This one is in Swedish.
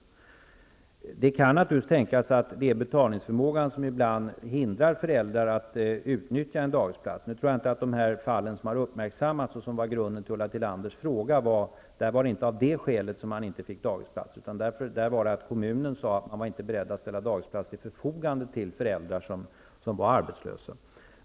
Det kan naturligtvis tänkas att betalningsförmågan ibland hindrar föräldrar att utnyttja en dagisplats. Nu tror jag inte att det var skälet till att man inte fick dagisplats i de fall som har uppmärksammats och som var grunden för Ulla Tillanders fråga, utan där sade kommunen att man inte var beredd att ställa dagisplats till förfogande för föräldrar som var arbetslösa.